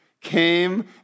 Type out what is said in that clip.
came